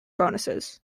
bonuses